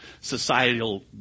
societal